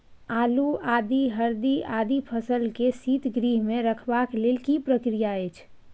आलू, आदि, हरदी आदि फसल के शीतगृह मे रखबाक लेल की प्रक्रिया अछि?